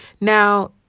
Now